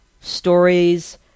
stories